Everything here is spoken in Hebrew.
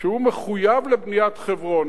שהוא מחויב לבניית חברון,